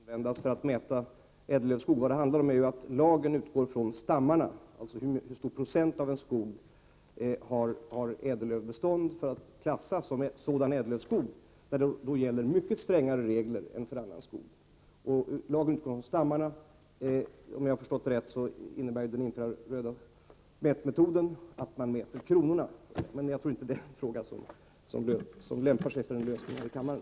Herr talman! Jag tror inte att vi kan lösa frågan om vilken mätteknik som skall användas när det gäller ädellövskogen. Vad det handlar om är ju att lagen utgår från stammarna — dvs. att det är den procentuella andelen ädellövbestånd i en skog som avgör om skogen skall klassas som ädellövskog. För sådan skog gäller mycket strängare regler än för annan skog. Lagen utgår således från stammarna. Om jag har förstått det hela rätt, innebär den infraröda mätmetoden att man mäter trädkronorna. Men jag tror, som sagt, att det inte lämpar sig att söka en lösning på den frågan här i kammaren.